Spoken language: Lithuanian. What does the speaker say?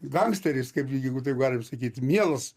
gangsteris kaip jeigu taip galima sakyt mielas